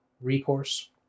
recourse